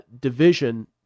division